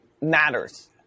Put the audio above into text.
matters